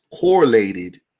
correlated